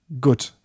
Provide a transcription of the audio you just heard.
good